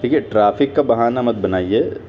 ٹھیک ہے ٹریفک کا بہانا مت بنائیے